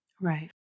Right